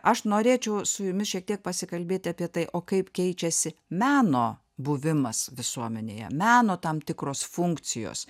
aš norėčiau su jumis šiek tiek pasikalbėti apie tai o kaip keičiasi meno buvimas visuomenėje meno tam tikros funkcijos